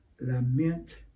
lament